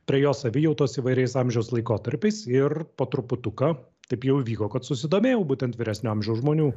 prie jo savijautos įvairiais amžiaus laikotarpiais ir po truputuką taip jau įvyko kad susidomėjau būtent vyresnio amžiaus žmonių